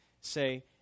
say